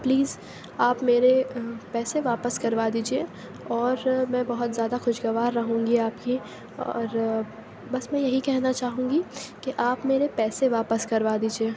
please آپ میرے پیسے واپس کروا دیجیے اور میں بہت زیادہ خوشگوار رہوں گی آپ کی اور بس میں یہی کہنا چاہوں گی کہ آپ میرے پیسے واپس کروا دیجیے